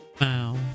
wow